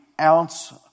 ounce